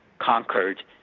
conquered